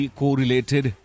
correlated